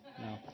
no